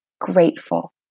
grateful